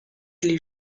les